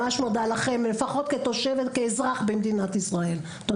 כאזרח במדינת ישראל, אני ממש מודה לכם.